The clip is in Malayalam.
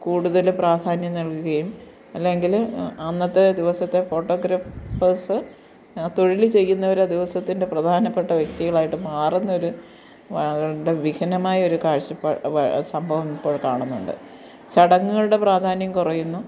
കൂടുതല് പ്രാധാന്യം നൽകുകയും അല്ലായെങ്കില് അന്നത്തെ ദിവസത്തെ ഫോട്ടോഗ്രാഫേഴ്സ് തൊഴില് ചെയ്യുന്നവരാ ദിവസത്തിൻ്റെ പ്രധാനപ്പെട്ട വ്യക്തികളായിട്ട് മാറുന്ന ഒരു വ വിഹനമായൊരു കാഴ്ചപ്പാട് വ സംഭവം ഇപ്പോൾ കാണുന്നുണ്ട് ചടങ്ങുകളുടെ പ്രാധാന്യം കുറയുന്നു